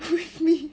with me